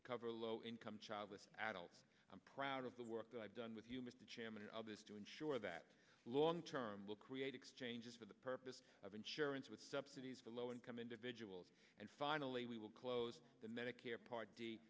to cover low income childless adults i'm proud of the work i've done with you mr chairman and others to ensure that long term will create exchanges for the purpose of insurance with subsidies for low income individuals and finally we will close the medicare part